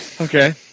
Okay